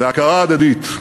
והכרה הדדית,